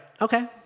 Okay